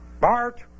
Bart